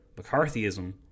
McCarthyism